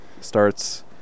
starts